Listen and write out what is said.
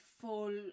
full